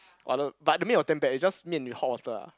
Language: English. but the but the mee was damn bad it's just 面 with hot water ah